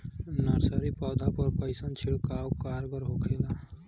Nursery पौधा पर कइसन छिड़काव कारगर होखेला?